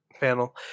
panel